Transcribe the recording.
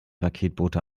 paketbote